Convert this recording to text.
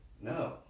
No